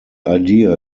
idea